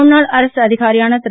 முன்னாள் அரசு அதிகாரியான திரு